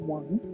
one